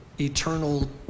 eternal